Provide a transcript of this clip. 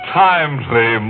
timely